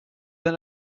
then